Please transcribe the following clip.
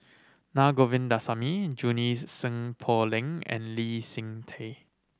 Na Govindasamy Junie Sng Poh Leng and Lee Seng Tee